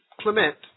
Clement